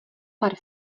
pár